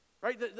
Right